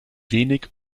wenig